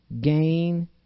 gain